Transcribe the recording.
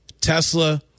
Tesla